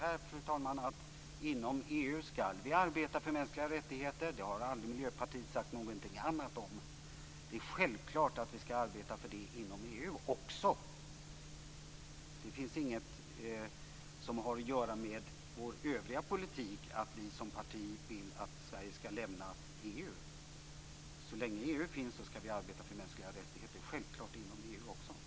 Fru talman! Inom EU skall vi arbeta för mänskliga rättigheter. Det har aldrig Miljöpartiet sagt något annat om. Det är självklart att vi skall arbeta för det också inom EU. Det har inget att göra med vår övriga politik, att vi som parti vill att Sverige skall lämna EU. Så länge EU finns skall vi självklart arbeta för mänskliga rättigheter också inom EU.